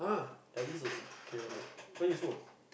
L_D is okay loh what you smoke